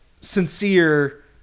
sincere